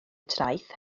traeth